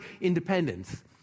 independence